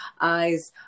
eyes